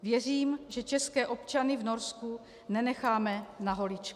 Věřím, že české občany v Norsku nenecháme na holičkách.